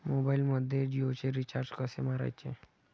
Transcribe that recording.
मोबाइलमध्ये जियोचे रिचार्ज कसे मारायचे?